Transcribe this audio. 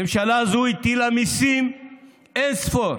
הממשלה הזו הטילה מיסים אין ספור,